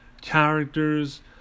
characters